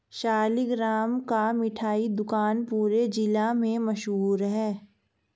सालिगराम का मिठाई दुकान पूरे जिला में मशहूर है